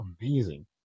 amazing